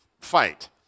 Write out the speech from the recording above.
fight